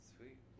Sweet